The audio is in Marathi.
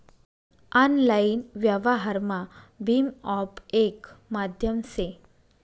आनलाईन व्यवहारमा भीम ऑप येक माध्यम से